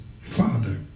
Father